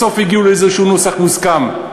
בסוף הגיעו לנוסח מוסכם כלשהו.